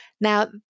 Now